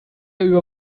über